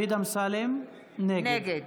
נגד